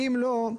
אם לא,